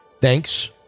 Thanks